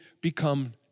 become